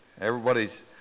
Everybody's